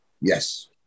Yes